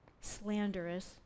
slanderous